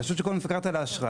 רשות שוק ההון מפקחת על האשראי.